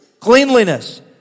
Cleanliness